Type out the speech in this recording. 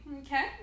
Okay